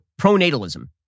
pronatalism